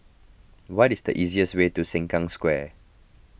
what is the easiest way to Sengkang Square